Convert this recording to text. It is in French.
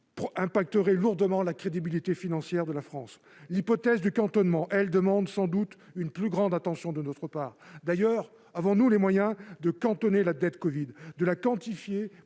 conséquences sur la crédibilité financière de la France. L'hypothèse du cantonnement, quant à elle, demande sans doute une plus grande attention de notre part. D'ailleurs, avons-nous les moyens de cantonner la dette covid ? De la quantifier